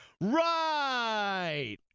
Right